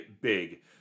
big